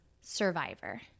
survivor